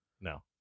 No